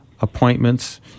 appointments